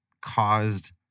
caused